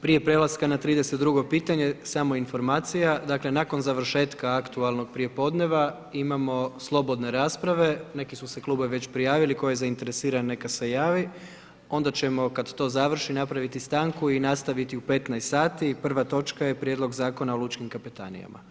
Prije prelaska na 32. pitanje, samo informacija, nakon završetka aktualnog prijepodneva, imamo slobodne rasprave, neki su se klubovi već prijavili, tko je zainteresiran neka se javi, onda ćemo kada to završi napraviti stanku i nastaviti u 15,00 sati prva točka je Prijedlog Zakona o lučkim kapetanijama.